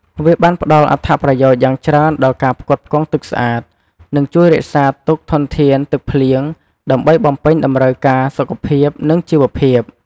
វាបានផ្តល់អត្ថប្រយោជន៍យ៉ាងច្រើនដល់ការផ្គត់ផ្គង់ទឹកស្អាត និងជួយរក្សាទុកធនធានទឹកភ្លៀង ដើម្បីបំពេញតម្រូវការសុខភាព និងជីវភាព។